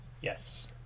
Yes